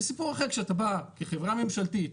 זה סיפור אחר כשאתה בא כחברה ממשלתית,